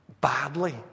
badly